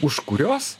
už kurios